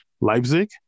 Leipzig